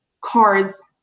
cards